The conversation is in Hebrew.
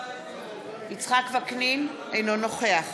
אינו נוכח